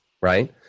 right